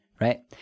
right